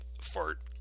fart